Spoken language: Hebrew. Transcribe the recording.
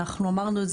אנחנו אמרנו,